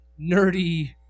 nerdy